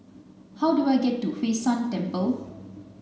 how do I get to Hwee San Temple